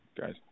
guys